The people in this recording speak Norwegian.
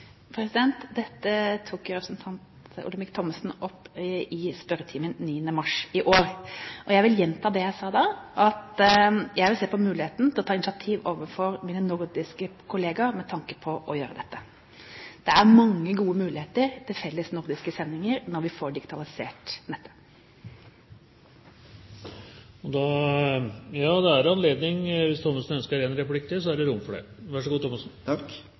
Dette tok representanten Olemic Thommessen opp i spørretimen 9. mars i år. Jeg vil gjenta det jeg sa da, at jeg vil se på muligheten for å ta initiativ overfor mine nordiske kollegaer med tanke på å gjøre dette. Det er mange gode muligheter til felles nordiske sendinger når vi får digitalisert nettet. Hvis Thommessen ønsker en replikk til, er det rom for det.